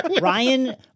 Ryan